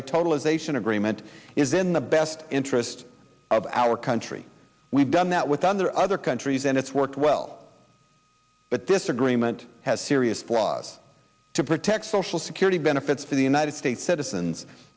a totalization agreement is in the best interest of our country we've done that with under other countries and it's worked well but this agreement has serious flaws to protect social security benefits to the united states citizens